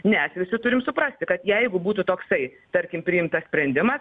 nes visi turim suprasti kad jeigu būtų toksai tarkim priimtas sprendimas